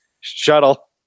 shuttle